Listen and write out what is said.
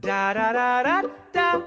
Da-da-da-da-da